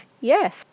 yes